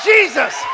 Jesus